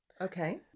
Okay